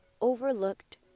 overlooked